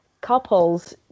couples